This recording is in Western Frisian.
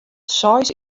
seis